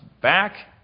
back